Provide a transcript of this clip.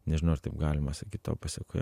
nežinau ar taip galima sakyt to pasekoje